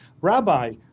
Rabbi